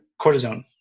cortisone